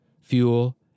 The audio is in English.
fuel